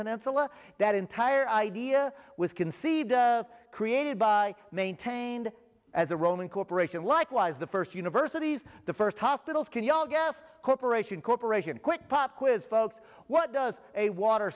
peninsula that entire idea was conceived created by maintained as a roman corporation likewise the first universities the first hospitals can y'all gas corporation corporation quick pop quiz folks what does a water